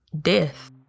death